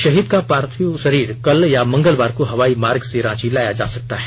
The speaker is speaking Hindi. शहीद का पार्थिव शरीर कल या मंगलवार को हवाई मार्ग से रांची लाया जा सकता है